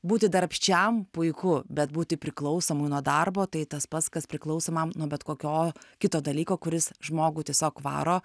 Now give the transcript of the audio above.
būti darbščiam puiku bet būti priklausomu nuo darbo tai tas pats kas priklausomam nuo bet kokio kito dalyko kuris žmogų tiesiog varo